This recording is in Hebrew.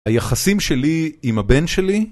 היחסים שלי עם הבן שלי, ...